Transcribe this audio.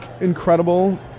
incredible